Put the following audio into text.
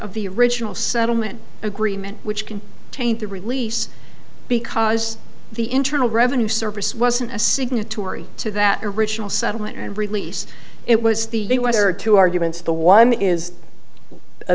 of the original settlement agreement which can taint the release because the internal revenue service wasn't a signatory to that original settlement and release it was the they were two arguments the one is